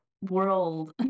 world